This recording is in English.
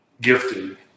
gifted